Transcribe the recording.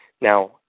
Now